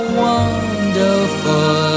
wonderful